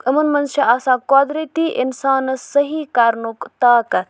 یِمَن منٛز چھِ آسان قۄدرٔتی اِنسانَس صحیح کَرنُک طاقت